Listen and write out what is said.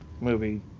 movie